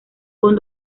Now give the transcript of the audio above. con